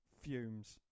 fumes